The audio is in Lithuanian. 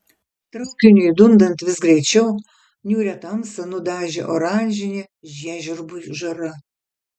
traukiniui dundant vis greičiau niūrią tamsą nudažė oranžinė žiežirbų žara